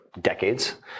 decades